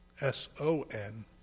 S-O-N